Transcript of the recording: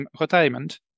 retirement